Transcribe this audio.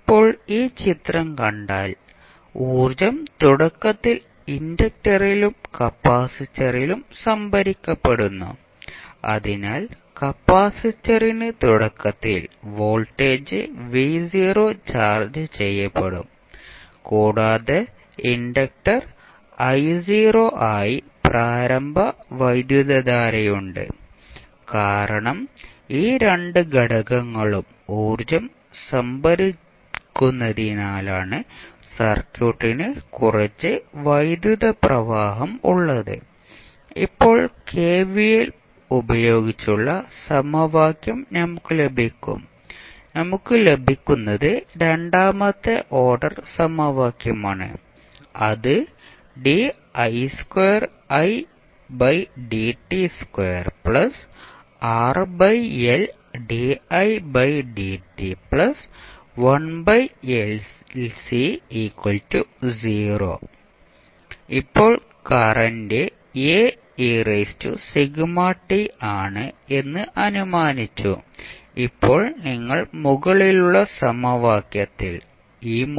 ഇപ്പോൾ ഈ ചിത്രം കണ്ടാൽ ഊർജ്ജം തുടക്കത്തിൽ ഇൻഡക്റ്ററിലും കപ്പാസിറ്ററിലും സംഭരിക്കപ്പെടുന്നു അതിനാൽ കപ്പാസിറ്ററിന് തുടക്കത്തിൽ വോൾട്ടേജ് ചാർജ്ജ് ചെയ്യപ്പെടും കൂടാതെ ഇൻഡക്റ്ററിന് ആയി പ്രാരംഭ വൈദ്യുതധാരയുണ്ട് കാരണം ഈ രണ്ട് ഘടകങ്ങളും ഊർജ്ജം സംഭരിക്കുന്നതിനാലാണ് സർക്യൂട്ടിന് കുറച്ച് വൈദ്യുത പ്രവാഹം ഉള്ളത് ഇപ്പോൾ കെവിഎൽ ഉപയോഗിച്ചുള്ള സമവാക്യം നമുക്ക് ലഭിക്കും നമുക്ക് ലഭിക്കുന്നത് രണ്ടാമത്തെ ഓർഡർ സമവാക്യമാണ് അത് ഇപ്പോൾ കറന്റ് ആണ് എന്ന് അനുമാനിച്ചു ഇപ്പോൾ നിങ്ങൾ മുകളിലുള്ള സമവാക്യത്തിൽ